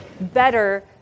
better